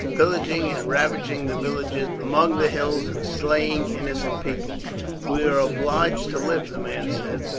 pillaging and ravaging the villages among the hills and slaying innocent people. we were obliged to live, the man said.